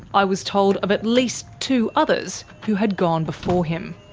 i was told of at least two others who had gone before him.